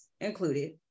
included